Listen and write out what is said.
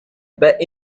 back